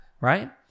Right